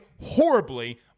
horribly